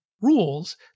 rules